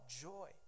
joy